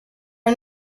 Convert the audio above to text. are